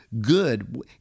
good